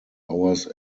hours